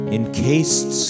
Encased